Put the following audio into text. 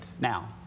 Now